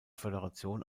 föderation